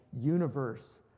universe